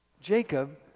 Jacob